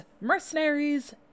mercenaries